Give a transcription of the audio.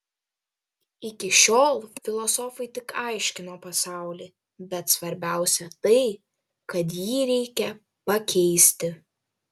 iki šiol filosofai tik aiškino pasaulį bet svarbiausia tai kad jį reikia pakeisti